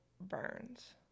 burns